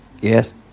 yes